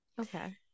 Okay